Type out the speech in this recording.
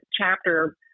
chapter